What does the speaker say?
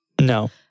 No